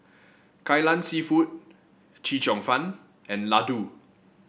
Kai Lan seafood Chee Cheong Fun and laddu